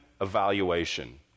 evaluation